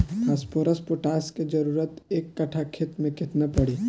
Phosphorus potash के जरूरत एक कट्ठा खेत मे केतना पड़ी?